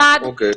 אחת,